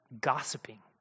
gossiping